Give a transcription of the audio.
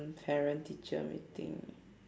parent teacher meeting